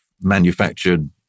manufactured